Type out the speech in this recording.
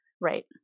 Right